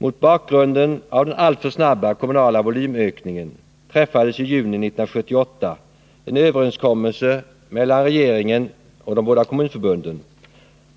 Mot bakgrunden av den alltför snabba kommunala volymökningen träffades i juni 1978 en överenskommelse mellan regeringen och de båda kommunförbunden